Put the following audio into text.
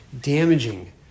damaging